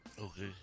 Okay